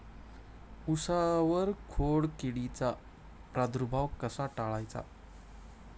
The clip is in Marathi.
उसावर खोडकिडीचा प्रादुर्भाव कसा टाळायचा?